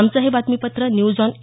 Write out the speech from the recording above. आमचं हे बातमीपत्र न्यूज ऑन ए